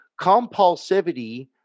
compulsivity